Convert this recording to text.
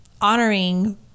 honoring